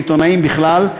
ועיתונאים בכלל,